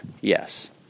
Yes